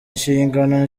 inshingano